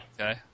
Okay